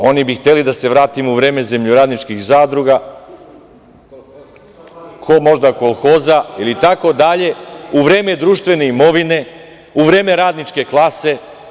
Oni bi hteli da se vratimo u vreme zemljoradničkih zadruga, ko možda Kolhoza ili tako dalje, u vreme društvene imovine, u vreme radničke klase.